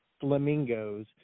flamingos